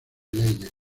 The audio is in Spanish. leyes